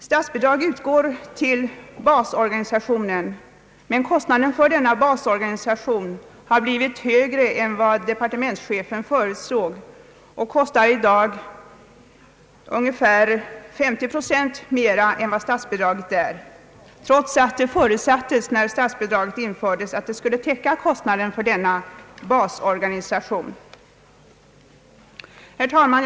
Statsbidrag utgår till en basorganisation, men kostnaden för denna organisation har blivit högre än vad departementschefen förutsåg och är i dag ungefär 50 procent högre än statsbidra get, trots att det när beslut fattades om statsbidrag förutsattes att detta skulle täcka kostnaden för basorganisationen. Herr talman!